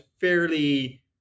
fairly